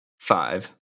five